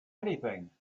anything